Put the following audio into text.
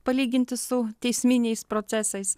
palyginti su teisminiais procesais